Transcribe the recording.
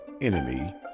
enemy